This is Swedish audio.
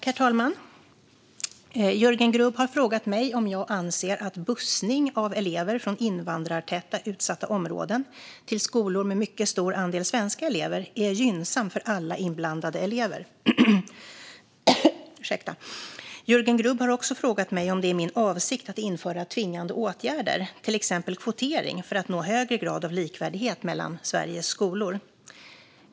Herr talman! Jörgen Grubb har frågat mig om jag anser att bussning av elever från invandrartäta utsatta områden till skolor med mycket stor andel svenska elever är gynnsam för alla inblandade elever. Jörgen Grubb har också frågat mig om det är min avsikt att införa tvingande åtgärder, till exempel kvotering, för att nå högre grad av likvärdighet mellan Sveriges skolor.